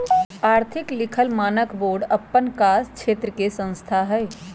आर्थिक लिखल मानक बोर्ड अप्पन कास क्षेत्र के संस्था हइ